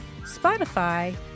Spotify